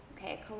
okay